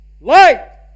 light